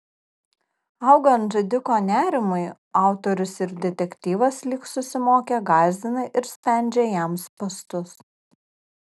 augant žudiko nerimui autorius ir detektyvas lyg susimokę gąsdina ir spendžia jam spąstus